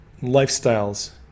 lifestyles